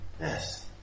Yes